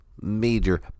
major